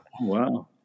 Wow